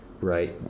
right